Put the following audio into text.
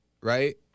right